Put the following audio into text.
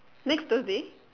next thursday